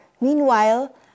Meanwhile